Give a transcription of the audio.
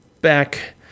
back